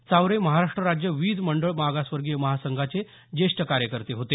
चावरे महाराष्ट्र राज्य वीज मंडळ मागासवर्गीय महासंघाचे जेष्ठ कार्यकर्ते होते